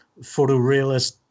photorealist